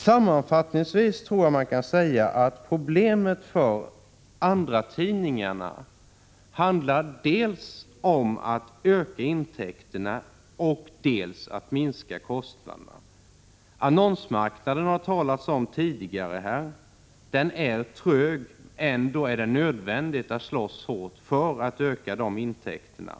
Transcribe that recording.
Sammanfattningsvis tror jag man kan säga att problemet för andratidning arna handlar dels om att öka intäkterna, dels om att minska kostnaderna. Annonsmarknaden har det talats om tidigare. Den är trög, och ändå är det nödvändigt att slåss hårt för att öka annonsintäkterna.